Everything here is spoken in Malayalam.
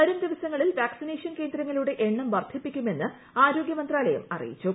വരും ദിവസങ്ങളിൽ വാക്സിനേഷൻ കേന്ദ്രങ്ങളുടെ എണ്ണം വർധിപ്പിക്കുമെന്ന് ആരോഗ്യമന്ത്രാലയം അറിയിച്ചു